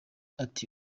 ati